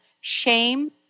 shame